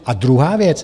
A druhá věc.